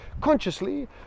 consciously